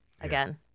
again